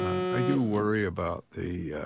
i do worry about the